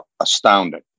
astounding